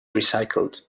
recycled